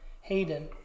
hayden